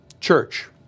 Church